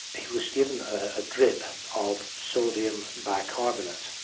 he was given a drip of sodium bicarbonate.